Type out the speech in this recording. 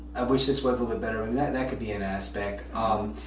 wish this was a little better and that that could be an aspect. um,